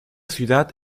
ciudad